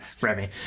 Remy